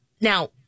now